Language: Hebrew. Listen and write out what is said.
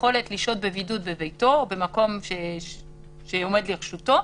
יכולת לשהות בבידוד בביתו או במקום שעומד לרשותו,